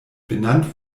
benannt